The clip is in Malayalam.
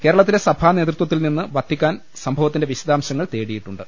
കേരളത്തിലെ സഭാനേതൃത്വത്തിൽ നിന്ന് വത്തിക്കാൻ സംഭവത്തിന്റെ വിശദാംശങ്ങൾ തേടിയിട്ടുണ്ട്